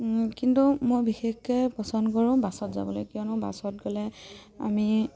কিন্তু মই বিশেষকৈ পচন্দ কৰোঁ বাছত যাবলৈ কিয়নো বাছত গ'লে আমি